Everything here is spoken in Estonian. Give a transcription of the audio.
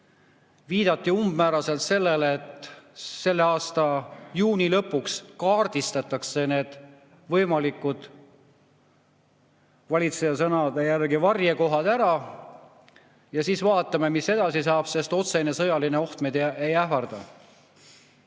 Viidati umbmääraselt sellele, et selle aasta juuni lõpuks kaardistatakse võimalikud, valitseja sõnade järgi, varjekohad ära ja siis vaatame, mis edasi saab, sest otsene sõjaline oht meid ei ähvarda.